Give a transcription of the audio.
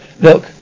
Look